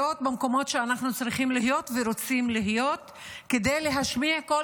במקומות שאנחנו צריכים ורוצים להיות בהם כדי להשמיע כל